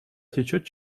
течёт